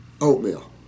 oatmeal